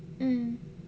mm